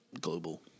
global